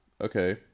Okay